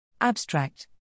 Abstract